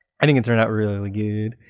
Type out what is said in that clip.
i think it turned out really good.